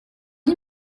oui